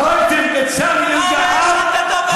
הרגתם את יעקוב אבו אלקיעאן.